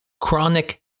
chronic